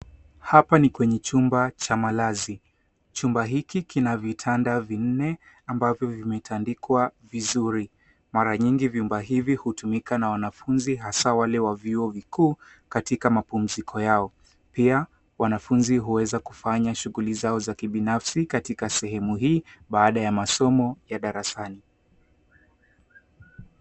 Hapa ni kwenye chumba cha malazi. Chumba hiki kia vitanda vinne ambavyo vimetandikwa vizuri. Mara nyingi vyumba hivi hutumika na wanafunzi hasaa wale wa vyuo vikuu katika mapumziko yao, pia wanafunzi huweza kufanya shuguli zao za kibinafsi katika sehemu hii baada ya masomo ya darasani.